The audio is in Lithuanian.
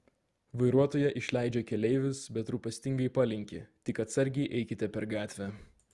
vairuotoja išleidžia keleivius bet rūpestingai palinki tik atsargiai eikite per gatvę